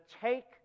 take